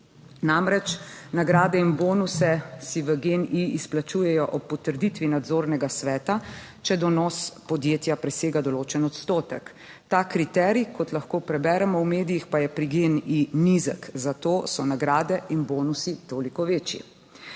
namreč grade in bonuse si v GEN-I izplačujejo ob potrditvi nadzornega sveta, če donos podjetja presega določen odstotek. Ta kriterij, kot lahko preberemo v medijih, pa je pri GEN-I nizek, zato so nagrade in bonusi toliko večji.